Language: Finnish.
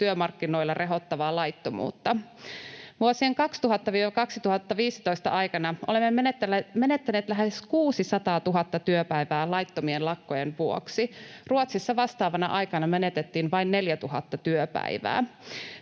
työmarkkinoilla rehottavaa laittomuutta. Vuosien 2000—2015 aikana olemme menettäneet lähes 600 000 työpäivää laittomien lakkojen vuoksi. Ruotsissa vastaavana aikana menetettiin vain 4 000 työpäivää.